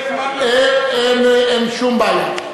אין שום בעיה.